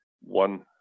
one